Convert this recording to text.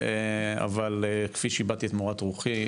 אבל כפי שהבעתי את מורת רוחי,